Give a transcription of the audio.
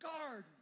garden